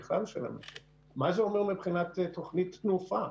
מה זה אומר מבחינת תוכנית תנופה,